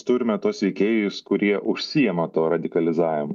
turime tuos veikėjus kurie užsiema tuo radikalizavimu